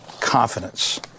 Confidence